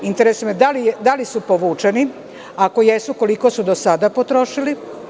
Interesuje me da li su povučeni, ako jesu, koliko su do sada potrošili?